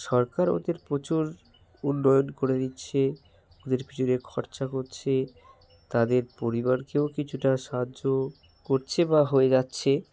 সরকার ওদের প্রচুর উন্নয়ন করে দিচ্ছে ওদের পিছনে খরচা করছে তাদের পরিবারকেও কিছুটা সাহায্য করছে বা হয়ে যাচ্ছে